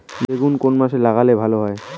বেগুন কোন মাসে লাগালে ভালো হয়?